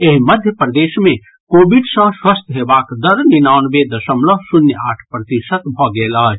एहि मध्य प्रदेश मे कोविड सँ स्वस्थ हेबाक दर निनानवें दशमलव शुन्य आठ प्रतिशत भऽ गेल अछि